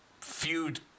feud